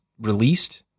released